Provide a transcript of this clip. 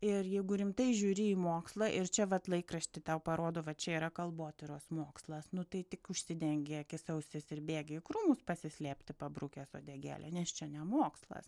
ir jeigu rimtai žiūri į mokslą ir čia vat laikraštį tau parodo va čia yra kalbotyros mokslas nu tai tik užsidengi akis ausis ir bėgi į krūmus pasislėpti pabrukęs uodegėlę nes čia ne mokslas